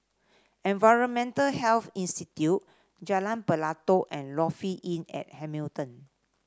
Environmental Health Institute Jalan Pelatok and Lofi Inn at Hamilton